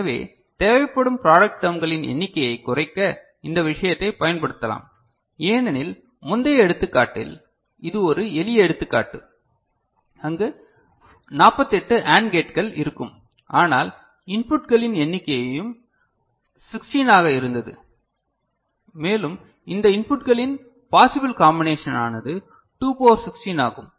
எனவே தேவைப்படும் ப்ராடக்ட் டெர்ம்களின் எண்ணிக்கையைக் குறைக்க இந்த விஷயத்தைப் பயன்படுத்தலாம் ஏனெனில் முந்தைய எடுத்துக்காட்டில் இது ஒரு எளிய எடுத்துக்காட்டு அங்கு 48 AND கேட்கள் இருக்கும் ஆனால் இன்புட்களின் எண்ணிக்கையும் 16 ஆக இருந்தது மேலும் இந்த இன்புட்களின் பாசிபில் காம்பினேஷனானது 2 பவர் 16 ஆகும்